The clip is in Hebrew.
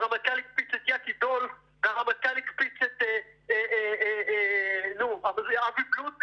הרמטכ"ל הקפיץ את יקי דולף והרמטכ"ל הקפיץ את אבי בלוט,